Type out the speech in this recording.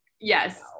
Yes